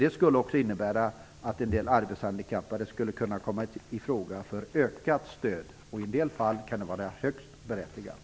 Det skulle också innebära att en del arbetshandikappade skulle kunna komma i fråga för ökat stöd, vilket i en del fall kan vara högst berättigat.